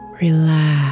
Relax